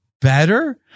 better